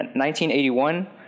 1981